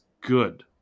good